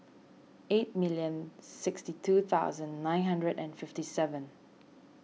eighty million sixty two thousand nine hundred and fifty seven